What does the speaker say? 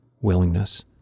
willingness